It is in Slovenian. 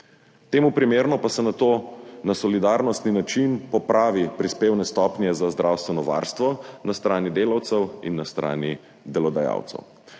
temu primerno pa se nato na solidarnostni način popravi prispevne stopnje za zdravstveno varstvo na strani delavcev in na strani delodajalcev.